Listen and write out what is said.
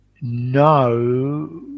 no